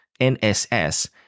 NSS